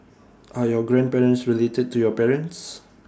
are your grandparents related to your parents